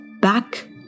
back